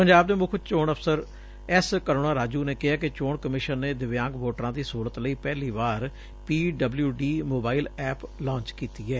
ਪੰਜਾਬ ਦੇ ਮੁੱਖ ਚੋਣ ਅਫਸਰ ਐਸ ਕਰੁਣਾ ਰਾਜੁ ਨੇ ਕਿਹੈ ਕਿ ਚੋਣ ਕਮਿਸ਼ਨ ਨੇ ਦਿਵਿਆਂਗ ਵੋਟਰਾਂ ਦੀ ਸਹੂਲਤ ਲਈ ਪਹਿਲੀ ਵਾਰ P W D mobile app launch ਕੀਤੀ ਏ